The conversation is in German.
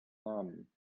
namen